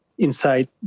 inside